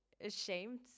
ashamed